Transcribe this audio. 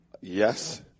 Yes